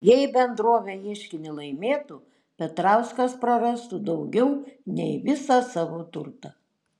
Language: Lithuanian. jei bendrovė ieškinį laimėtų petrauskas prarastų daugiau nei visą savo turtą